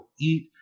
eat